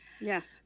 Yes